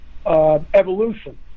Evolution